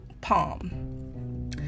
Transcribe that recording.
palm